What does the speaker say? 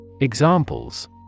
Examples